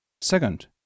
Second